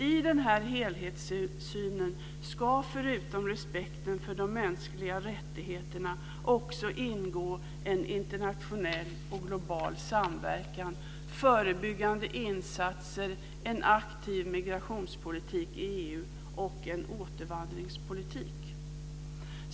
I denna helhetssyn ska förutom respekten för de mänskliga rättigheterna också ingå en internationell och global samverkan, förebyggande insatser, en aktiv migrationspolitik i EU och en återvandringspolitik.